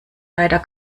leider